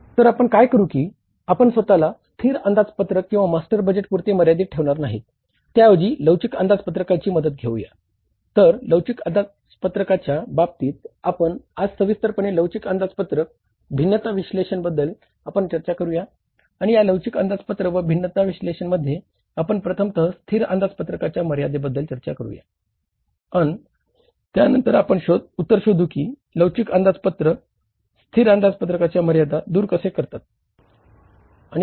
तर आपण काय करू की आपण स्वतःला स्थिर अंदाजपत्रक आपण चर्चा करूया आणि या लवचिक अंदाजपत्र व भिन्नता विश्लेषणमध्ये आपण प्रथमतः स्थिर अंदाजपत्रकाच्या मर्यादेबद्दल चर्चा करूया आणि त्यानंतर आपण उत्तर शोधू की लवचिक अंदाजपत्रक स्थिर अंदाजपत्रकाच्या मर्यादा दूर कसे करतात